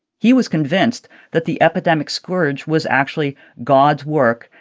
he was convinced that the epidemic scourge was actually god's work,